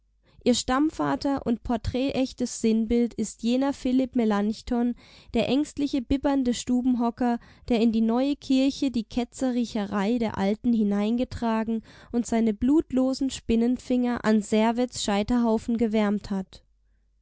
ihr stammvater und porträtechtes sinnbild ist jener philipp melanchthon der ängstliche bibbernde stubenhocker der in die neue kirche die ketzerriecherei der alten hineingetragen und seine blutlosen spinnenfinger an servets scheiterhaufen gewärmt hat